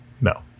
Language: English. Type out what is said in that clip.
no